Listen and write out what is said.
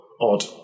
odd